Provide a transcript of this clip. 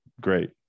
great